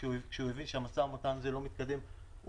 כשהוא הבין שהמשא-ומתן הזה לא מתקדם,